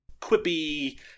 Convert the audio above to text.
quippy